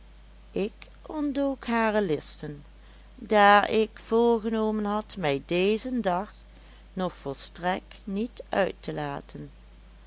ik ontdook hare listen daar ik voorgenomen had mij dezen dag nog volstrekt niet uit te laten